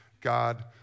God